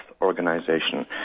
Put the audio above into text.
Organization